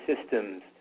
systems